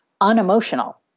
unemotional